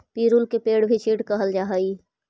पिरुल के भी चीड़ कहल जा हई